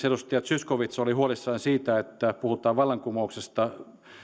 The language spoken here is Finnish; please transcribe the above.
edustaja zyskowicz oli huolissaan siitä että puhutaan vallankumouksesta